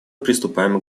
приступаем